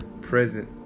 present